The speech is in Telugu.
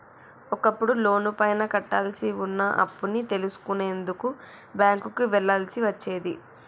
ఒకప్పుడు లోనుపైన కట్టాల్సి వున్న అప్పుని తెలుసుకునేందుకు బ్యేంకుకి వెళ్ళాల్సి వచ్చేది